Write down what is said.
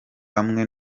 hamwe